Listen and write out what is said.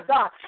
God